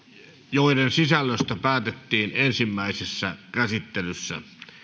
joiden sisällöstä päätettiin ensimmäisessä käsittelyssä